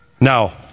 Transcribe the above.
Now